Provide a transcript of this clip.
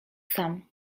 sam